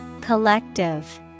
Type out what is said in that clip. Collective